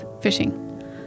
fishing